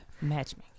matchmaking